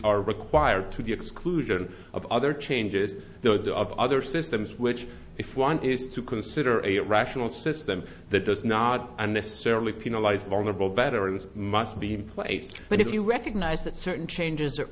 are required to the exclusion of other changes those of other systems which if one is to consider a rational system that does not unnecessarily penalize vulnerable batteries must be emplaced but if you recognize that certain changes are